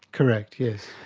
correct, yes.